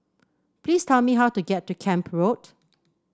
please tell me how to get to Camp Road